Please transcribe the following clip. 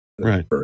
right